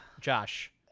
Josh